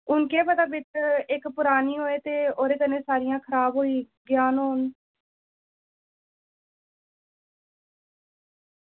हून केह् पता इक्क परानी होऐ ओह्दे कन्नै बाकी खराब होई गेइयां होन